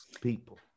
people